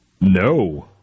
No